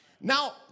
Now